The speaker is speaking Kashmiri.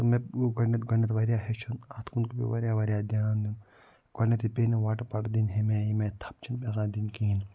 تہٕ مےٚ گۄڈٕنٮ۪تھ گۄڈٕنٮ۪تھ واریاہ ہیٚچھُن اَتھ کُن پیوٚو مےٚ واریاہ واریاہ دھیٛان دیُن گۄڈٕنٮ۪تھٕے پے نہٕ وۄٹہٕ پۄٹہٕ دِنۍ ہیٚمہِ آیہِ ہیٚمہِ آیہِ تھَپھ چھَنہٕ آسان دِنۍ کِہیٖنۍ